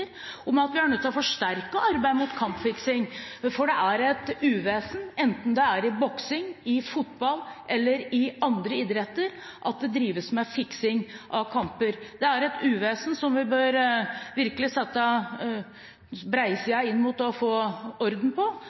om at vi er nødt til å forsterke arbeidet mot kampfiksing, for det er et uvesen, enten det er i boksing, fotball eller andre idretter det drives med fiksing av kamper. Det er et uvesen som vi virkelig bør legge bredsiden til for å få orden på,